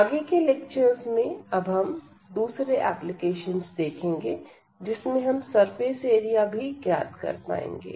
आगे के लेक्चर्स में अब दूसरे एप्लीकेशन देखेंगे जिसमें हम सरफेस एरिया भी ज्ञात कर पाएंगे